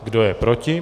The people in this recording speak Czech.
Kdo je proti?